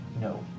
No